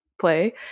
play